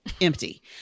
empty